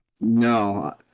No